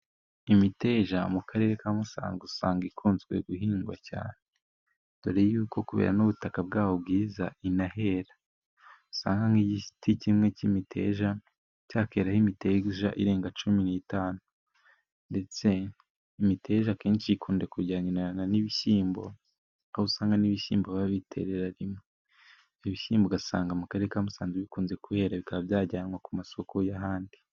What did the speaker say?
Imiteja mu karere ka Musanze usanga ikunzwe guhingwa cyane doreko kubera n'ubutaka bwaho bwiza inahera, usanga nk'igiti kimwe cy'imiteja cyakweraho imiteja irenga cumi n'eshanu ,ndetse imiteja akenshi ikunda kujyanirana n'ibishyimbo aho usanga n'ibishyimbo babiterera rimwe, ibishyimbo ugasanga mu karere ka Musanze bikunze kuhera bikaba byajyanwa ku masoko y'ahandi.